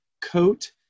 coat